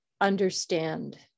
understand